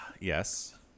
Yes